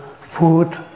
food